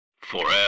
Forever